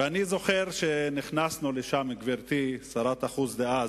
ואני זוכר שנכנסנו לשם, גברתי שרת החוץ דאז,